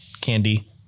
candy